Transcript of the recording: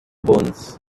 burns